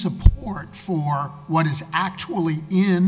support for what is actually in